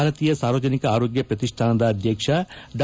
ಭಾರತೀಯ ಸಾರ್ವಜನಿಕ ಆರೋಗ್ಯ ಪ್ರತಿಷ್ಠಾನದ ಅಧ್ಯಕ್ಷ ಡಾ